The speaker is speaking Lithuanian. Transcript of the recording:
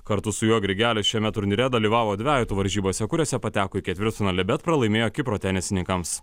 kartu su juo grigelis šiame turnyre dalyvavo dvejetų varžybose kuriose pateko į ketvirtfinalį bet pralaimėjo kipro tenisininkams